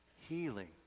Healing